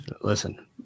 Listen